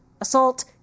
assault